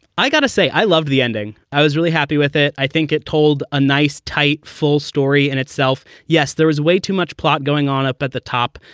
got to say, i love the ending. i was really happy with it. i think it told a nice, tight, full story in itself. yes, there is way too much plot going on up at the top,